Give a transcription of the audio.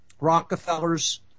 Rockefellers